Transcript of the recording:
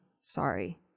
Sorry